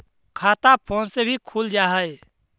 खाता फोन से भी खुल जाहै?